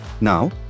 now